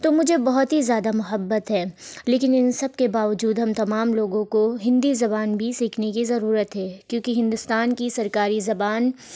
تو مجھے بہت ہی زیادہ محبت ہے لیکن ان سب کے باوجود ہم تمام لوگوں کو ہندی زبان بھی سیکھنے کی ضرورت ہے کیونکہ ہندوستان کی سرکاری زبان